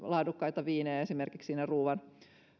laadukkaita viinejä siinä ruuan